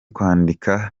kwandika